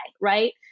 right